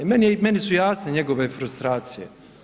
Meni su jasne njegove frustracije.